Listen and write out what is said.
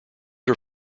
are